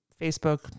Facebook